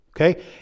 Okay